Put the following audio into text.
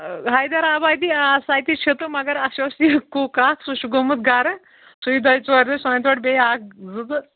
ہیدَرآبٲدی آ سُہ چھِ تہٕ مگر اَسہِ اوس یہِ کُک اَکھ سُہ چھُ گوٚمُت گَرٕ سُہ یی دۄیہِ ژورِ دۄہہِ سُہ اَنہِ تورٕ بیٚیہِ اَکھ زٕ تہٕ